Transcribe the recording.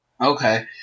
Okay